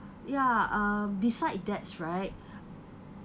ya uh beside that's right